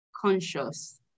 conscious